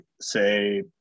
say